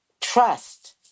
trust